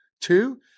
Two